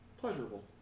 Pleasurable